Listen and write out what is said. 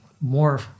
more